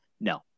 no